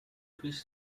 fish